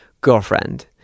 girlfriend